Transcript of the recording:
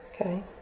Okay